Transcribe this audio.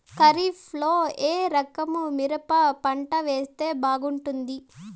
ఖరీఫ్ లో ఏ రకము మిరప పంట వేస్తే బాగుంటుంది